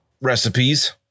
recipes